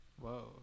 Whoa